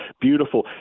beautiful